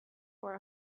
for